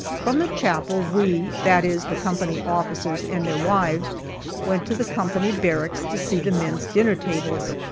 from the chapel we that is, the company officers and their wives went to the company barracks to see the men's dinner tables.